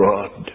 God